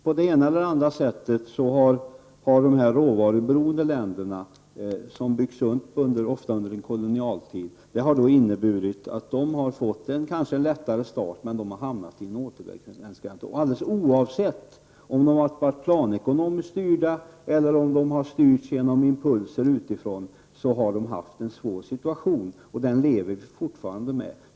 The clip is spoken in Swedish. På det ena eller andra sättet har de råvaruberoende länderna, som ofta har byggts upp under en kolonialtid, fått en lättare start -- men de har hamnat i en återvändsgränd. Oavsett om de har varit planekonomiskt styrda eller om de har styrts genom impulser utifrån har de haft en svår situation. Den lever de fortfarande med.